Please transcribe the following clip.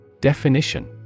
Definition